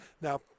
Now